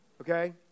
Okay